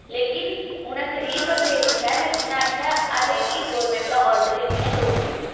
लेकिन उ'नें गरीब बंदे गी दिक्खेआ ते आखेआ के असें गी गौरमेंट दा ऑर्डर निं ऐ लोन लैने गी